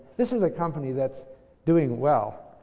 this is a company that's doing well.